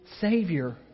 Savior